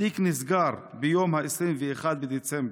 התיק נסגר ביום 21 בדצמבר.